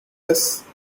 does